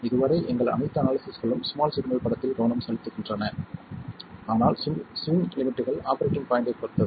இதுவரை எங்கள் அனைத்து அனாலிசிஸ்களும் ஸ்மால் சிக்னல் படத்தில் கவனம் செலுத்துகின்றன ஆனால் ஸ்விங் லிமிட்கள் ஆபரேட்டிங் பாய்ண்ட்டைப் பொறுத்தது